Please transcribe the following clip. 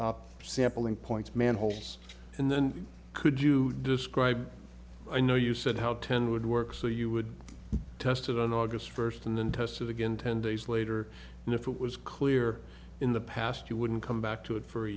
sampling points manholes and then could you describe i know you said how ten would work so you would test it on august first and then test it again ten days later and if it was clear in the past you wouldn't come back to it for a